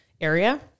area